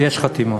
יש חתימות.